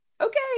okay